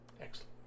Excellent